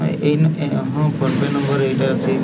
ହଁ ଏଇନେ ଏ ହଁ ଫୋନ୍ ପେ ନମ୍ବର ଏଇଟା ଅଛି